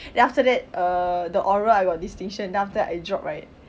then after that err the oral I got distinction then after that I drop right